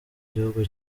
gihugu